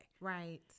Right